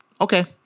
okay